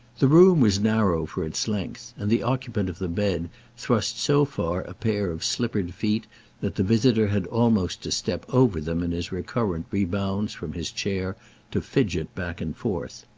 the room was narrow for its length, and the occupant of the bed thrust so far a pair of slippered feet that the visitor had almost to step over them in his recurrent rebounds from his chair to fidget back and forth.